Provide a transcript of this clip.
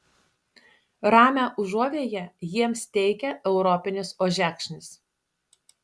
ramią užuovėją jiems teikia europinis ožekšnis